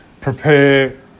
prepare